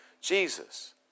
Jesus